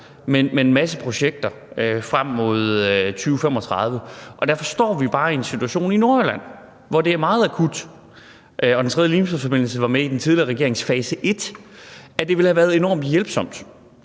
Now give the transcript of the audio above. er en masse projekter frem mod 2035. Derfor står vi bare i en situation i Nordjylland, hvor det er meget akut. Den tredje Limfjordsforbindelse var med i den tidligere regerings fase 1. Det ville have været enormt hjælpsomt,